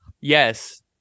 Yes